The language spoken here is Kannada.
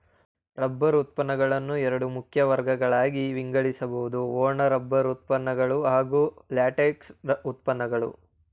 ರಬ್ಬರ್ ಉತ್ಪನ್ನಗಳನ್ನು ಎರಡು ಮುಖ್ಯ ವರ್ಗಗಳಾಗಿ ವಿಂಗಡಿಸ್ಬೋದು ಒಣ ರಬ್ಬರ್ ಉತ್ಪನ್ನಗಳು ಹಾಗೂ ಲ್ಯಾಟೆಕ್ಸ್ ಉತ್ಪನ್ನಗಳು